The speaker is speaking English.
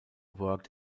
worked